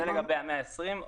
זה לגבי ה-120.